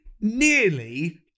nearly